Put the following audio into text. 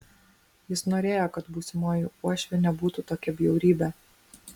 jis norėjo kad būsimoji uošvė nebūtų tokia bjaurybė